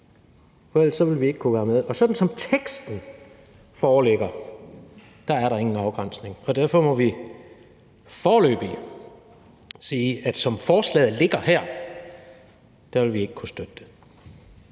for ellers vil vi ikke kunne være med. Og sådan som teksten foreligger, er der ingen afgrænsning, og derfor må vi foreløbig sige, at som forslaget ligger her, vil vi ikke kunne støtte det.